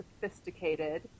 sophisticated